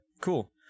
cool